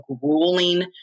grueling